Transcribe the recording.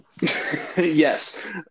Yes